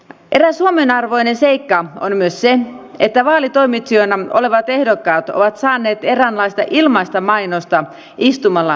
eräs huomionarvoinen seikka on myös se että vaalitoimitsijoina olevat ehdokkaat ovat saaneet eräänlaista ilmaista mainosta istumalla äänestyspaikoilla